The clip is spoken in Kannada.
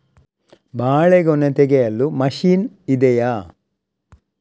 ಬಾಳೆಗೊನೆ ತೆಗೆಯಲು ಮಷೀನ್ ಇದೆಯಾ?